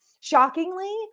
shockingly